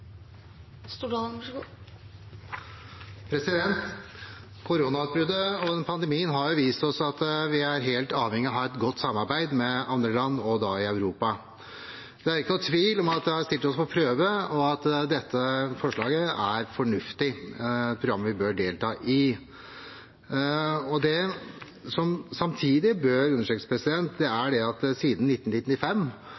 og pandemien har vist oss at vi er helt avhengig av å ha et godt samarbeid med andre land i Europa. Det er ikke noen tvil om at det har stilt oss på prøve, og at dette forslaget, programmet vi bør delta i, er fornuftig. Det som samtidig bør understrekes, er at det